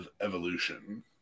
Evolution